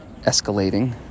escalating